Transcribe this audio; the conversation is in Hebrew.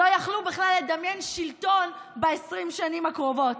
לא היו יכולים לדמיין שלטון ב-20 השנים הקרובות.